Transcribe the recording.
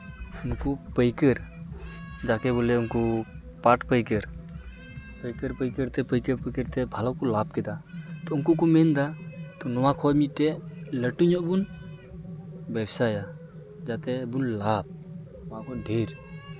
ᱩᱱᱠᱩ ᱯᱟᱹᱭᱠᱟᱹᱨ ᱡᱟᱠᱮ ᱵᱚᱞᱮ ᱩᱱᱠᱩ ᱯᱟᱴ ᱯᱟᱹᱭᱠᱟᱹᱨ ᱯᱟᱹᱭᱠᱟᱹᱨ ᱯᱟᱹᱭᱠᱟᱹᱨ ᱛᱮ ᱯᱟᱹᱭᱠᱟᱹᱨ ᱯᱟᱹᱭᱠᱟᱹᱨ ᱛᱮ ᱵᱷᱟᱞᱚ ᱠᱚ ᱞᱟᱵᱽ ᱠᱮᱫᱟ ᱛᱚ ᱩᱱᱠᱩ ᱠᱚ ᱢᱮᱱ ᱮᱫᱟ ᱛᱚ ᱱᱚᱣᱟ ᱠᱷᱚᱡᱽ ᱢᱤᱫᱴᱮᱡ ᱞᱟᱹᱴᱩ ᱧᱚᱜ ᱵᱚᱱ ᱵᱮᱵᱥᱟᱭᱟ ᱡᱟᱛᱮᱵᱩᱱ ᱞᱟᱵᱽ ᱚᱱᱟ ᱠᱷᱚᱡ ᱰᱷᱮᱨ